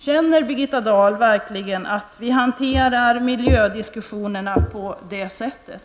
Känner Birgitta Dahl verkligen att vi hanterar miljödiskussionerna på det sättet?